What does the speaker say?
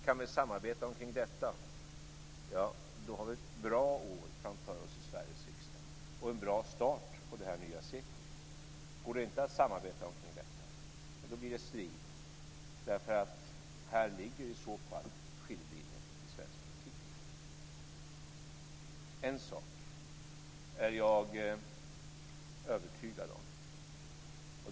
Kan vi samarbeta kring detta har vi ett bra år framför oss i Sveriges riksdag och en bra start på det nya seklet. Går det inte att samarbeta kring detta blir det strid. Här ligger i så fall skiljelinjen i svensk politik. En sak är jag övertygad om.